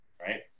right